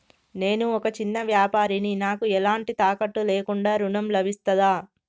నేను ఒక చిన్న వ్యాపారిని నాకు ఎలాంటి తాకట్టు లేకుండా ఋణం లభిస్తదా?